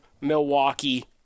Milwaukee